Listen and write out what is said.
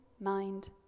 mind